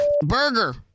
Burger